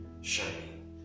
shining